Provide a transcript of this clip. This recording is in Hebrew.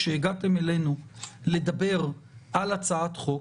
כשהגעתם אלינו לדבר על הצעת חוק,